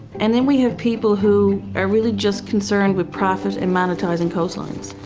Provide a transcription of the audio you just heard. and then we have people who are really just concerned with profit and monetizing coastlines.